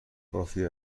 کافی